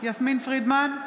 יסמין פרידמן,